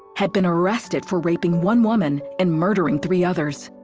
had been arrested for raping one woman and murdering three others.